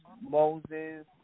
Moses